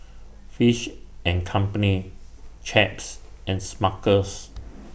Fish and Company Chaps and Smuckers